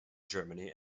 germany